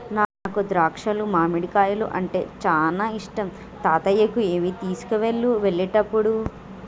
నాకు ద్రాక్షాలు మామిడికాయలు అంటే చానా ఇష్టం తాతయ్యకు అవి తీసుకువెళ్ళు వెళ్ళేటప్పుడు